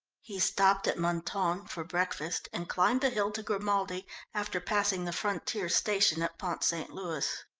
he stopped at mentone for breakfast and climbed the hill to grimaldi after passing the frontier station at pont st. louis.